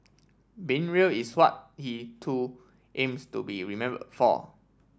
being real is what he too aims to be remembered for